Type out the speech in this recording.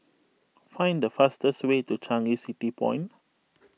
find the fastest way to Changi City Point